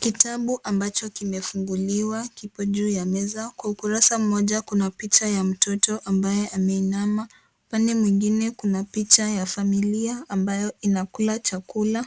Kitabu ambacho kimefunguliwa kipo juu ya meza. Kwa ukurasa mmoja kuna picha ya mtoto ambaye ameinama. Upande mwingine kuna picha ya familia ambayo inakula chakula.